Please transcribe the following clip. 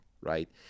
right